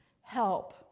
help